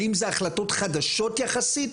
האם זה החלטות חדשות יחסית?